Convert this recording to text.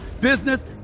business